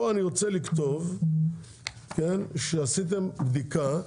פה אני רוצה לכתוב שעשיתם בדיקה,